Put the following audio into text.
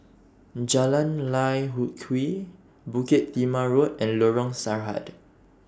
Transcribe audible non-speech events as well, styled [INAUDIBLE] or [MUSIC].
Jalan Lye [UNINTELLIGIBLE] Kwee Bukit Timah Road and Lorong Sarhad